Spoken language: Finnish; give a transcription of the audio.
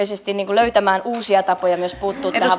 löytämään uusia tapoja myös puuttua